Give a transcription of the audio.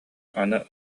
аны